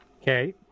Okay